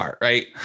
right